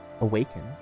awaken